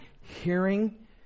hearing